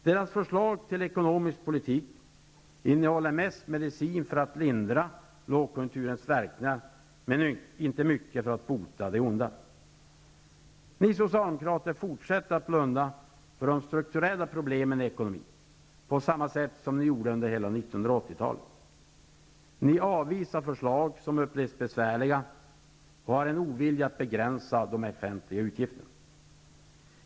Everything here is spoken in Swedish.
Deras förslag till ekonomisk politik innehåller mest medicin för att lindra lågkonjunkturens verkningar men inte mycket för att bota det onda. Ni socialdemokrater fortsätter att blunda för de strukturella problemen i ekonomin, på samma sätt som ni gjorde under hela 1980-talet. Ni avvisar förslag som upplevs besvärliga och har en ovilja mot att begränsa de offentliga utgifterna.